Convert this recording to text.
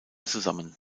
zusammen